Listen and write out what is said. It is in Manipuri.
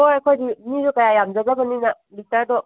ꯍꯣꯏ ꯑꯩꯈꯣꯏꯗꯤ ꯃꯤꯁꯨ ꯀꯌꯥ ꯌꯥꯝꯖꯗꯕꯅꯤꯅ ꯂꯤꯇꯔꯗꯣ